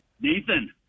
Nathan